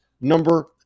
number